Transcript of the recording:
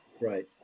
right